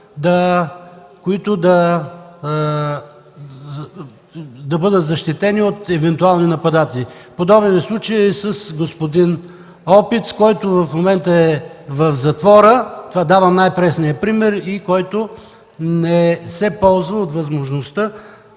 си, да ги защитят от евентуални нападатели. Подобен е случаят и с господин Опиц, който в момента е в затвора. Давам най-пресния пример. Той не се ползва от възможността